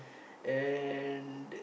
and